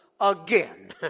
again